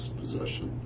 possession